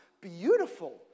beautiful